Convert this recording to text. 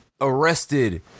arrested